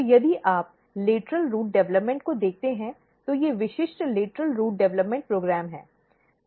तो यदि आप लेटरल रूट डेवलपमेंट को देखते हैं तो ये विशिष्ट लेटरल रूट डेवलपमेंट प्रोग्राम हैं